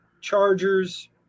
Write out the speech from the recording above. Chargers